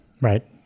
right